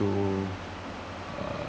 to uh